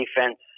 defense